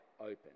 open